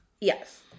Yes